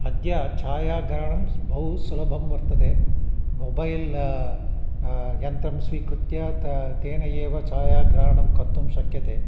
अद्य छायाग्रहणं बहु सुलभं वर्तते मोबैल्यन्त्रं स्वीकृत्य ता तेन एव छायाग्रहणं कर्तुं शक्यते